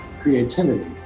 creativity